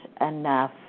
enough